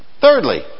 Thirdly